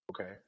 Okay